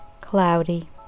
Cloudy